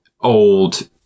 old